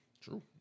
True